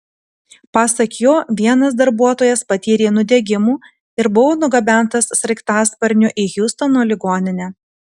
pasak jo vienas darbuotojas patyrė nudegimų ir buvo nugabentas sraigtasparniu į hjustono ligoninę